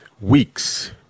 weeks